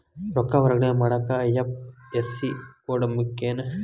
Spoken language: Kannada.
ರೊಕ್ಕ ವರ್ಗಾವಣೆ ಮಾಡಾಕ ಐ.ಎಫ್.ಎಸ್.ಸಿ ಕೋಡ್ ಮುಖ್ಯ ಏನ್